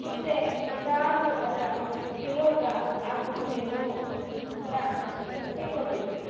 ಮುಂದೆ ಎಂದಾದರು ಅದರ ಉಪಯೋಗ ಆಗಬಹುದೇನೋ ಅಂತ ಇಟ್ಕೊಂಡಿರ್ತೀವಿ